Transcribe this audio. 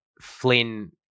Flynn